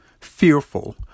fearful